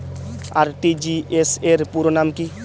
RTGS র পুরো নাম কি?